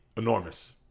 enormous